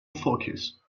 focus